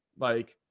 like,